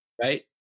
Right